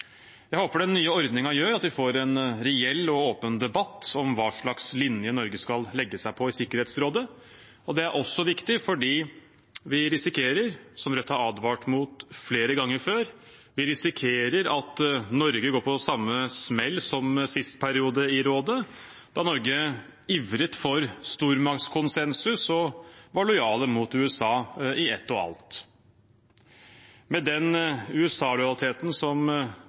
Jeg håper den nye ordningen gjør at vi får en reell og åpen debatt om hva slags linje Norge skal legge seg på i Sikkerhetsrådet. Det er også viktig fordi vi risikerer, som Rødt har advart mot flere ganger før, at Norge går på samme smell som sist periode i rådet, da Norge ivret for stormaktskonsensus og var lojale mot USA i ett og alt. Med den USA-lojaliteten som